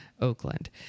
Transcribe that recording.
oakland